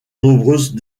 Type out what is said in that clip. nombreuses